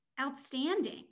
outstanding